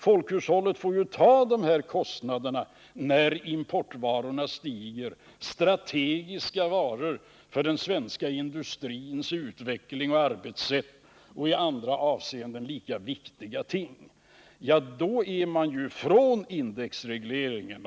Folkhushållet får ju ta kostnaderna när priserna på importvarorna stiger, varor som är strategiska för den svenska industrins utveckling och arbetssätt och även i andra avseenden är viktiga. Ja, då har vi kommit från indexregleringen.